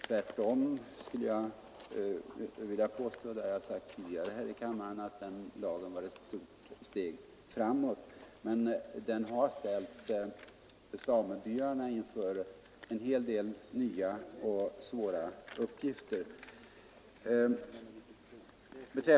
Tvärtom vill jag påstå — och jag har tidigare sagt det här i kammaren — att den lagen var ett stort steg framåt, men den har ställt samebyarna inför en hel del nya och svåra uppgifter.